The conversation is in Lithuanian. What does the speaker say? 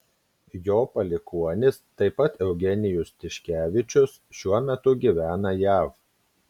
jo palikuonis taip pat eugenijus tiškevičius šiuo metu gyvena jav